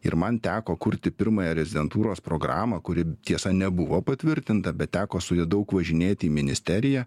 ir man teko kurti pirmąją rezidentūros programą kuri tiesa nebuvo patvirtinta bet teko su ja daug važinėti į ministeriją